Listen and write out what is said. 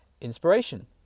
inspiration